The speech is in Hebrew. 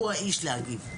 הוא האיש להגיב.